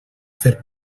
fer